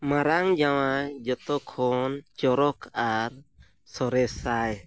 ᱢᱟᱨᱟᱝ ᱡᱟᱶᱟᱭ ᱡᱚᱛᱚᱠᱷᱚᱱ ᱪᱚᱨᱚᱠ ᱟᱨ ᱥᱚᱨᱮᱥᱟᱭ